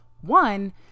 One